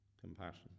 compassion